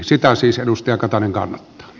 sitä siis edustaja katainen kannattaa